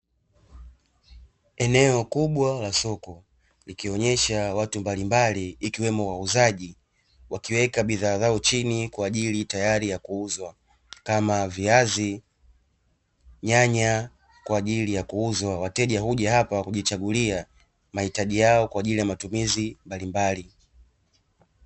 Eneo kubwa la soko likionyesha watu mbalimbali ikiwemo wauzaji wakiweka bidhaa zao chini kwaajili tayari ya kuuzwa kama viazi, nyanya kwaajili ya kuuzwa wateja huja hapa kujichagulia mahitaji yao kwaajili ya matumizi mbalimbali.